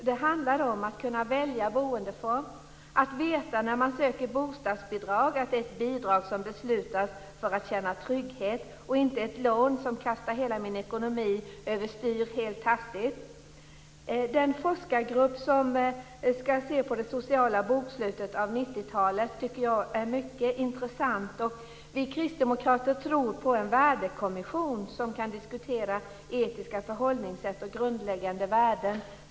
Det handlar om att man skall kunna välja boendeform och veta att när man söker bostadsbidrag är det ett bidrag som beslutas för att man skall känna trygghet och inte ett lån som kastar hela ekonomin över styr helt hastigt. Den forskargrupp som skall se på det sociala bokslutet av 90-talet tycker jag är mycket intressant. Och vi kristdemokrater tror på en värdekommission som kan diskutera etiska förhållningssätt och grundläggande värden.